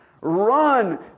Run